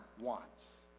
wants